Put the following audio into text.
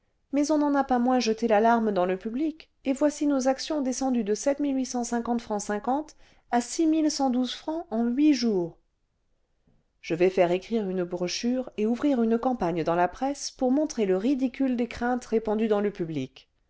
mais on n'en a pas moins jeté l'alarme dans le public et voici nos actions descendues de fr à francs en huit jours je vais faire écrire une brochure et ouvrir une campagne dans la presse pour montrer le ridicule des craintes répandues dans le public